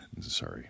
sorry